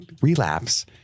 relapse